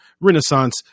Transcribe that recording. renaissance